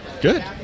Good